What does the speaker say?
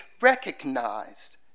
recognized